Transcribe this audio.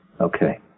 Okay